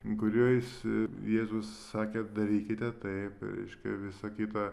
kuriais jėzus sakė darykite taip reiškia visa kita